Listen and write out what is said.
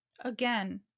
again